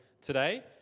today